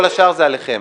כל השאר זה עליכם.